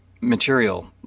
material